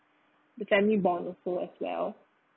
the family bond also as well